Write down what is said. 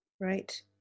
Right